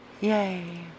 Yay